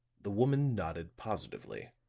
the woman nodded positively.